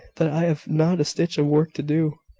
that i have not a stitch of work to do.